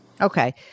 Okay